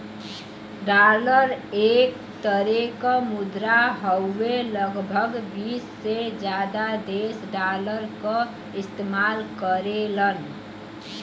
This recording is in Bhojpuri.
डॉलर एक तरे क मुद्रा हउवे लगभग बीस से जादा देश डॉलर क इस्तेमाल करेलन